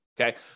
okay